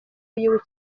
w’igihugu